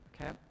Okay